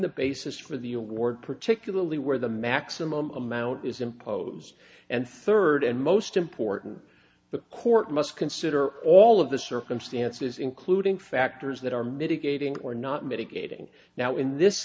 the basis for the award particularly where the maximum amount is imposed and third and most important the court must consider all of the circumstances including factors that are mitigating or not mitigating now in this